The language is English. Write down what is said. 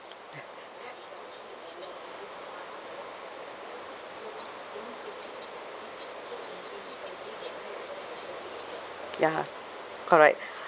ya correct